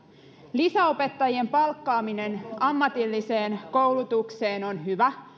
lisäopettajien palkkaaminen ammatilliseen koulutukseen on hyvä